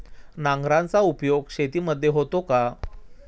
नांगराचा उपयोग शेतीमध्ये होतो का?